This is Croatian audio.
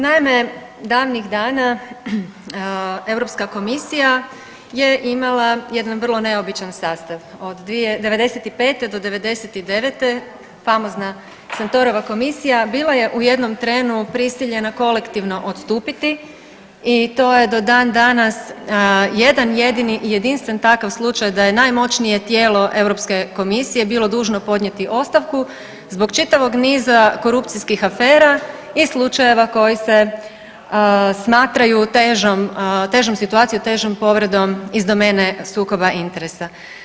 Naime, davnih dana Europska Komisija je imala jedan vrlo neobičan sastav od 95. do 99. famozna Santorova komisija bila je u jednom trenu prisiljena kolektivno odstupiti i to je do dan danas jedan jedini, jedinstveni takav slučaj da je najmoćnije tijelo Europske Komisije bilo dužno podnijeti ostavku zbog čitavog niza korupcijskih afera i slučajeva koji se smatraju težom situacijom, težom povredom iz domene sukoba interesa.